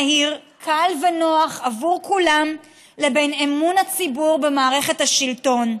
מהיר קל ונוח עבור כולם לבין אמון הציבור במערכת השלטון.